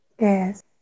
Yes